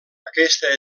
aquesta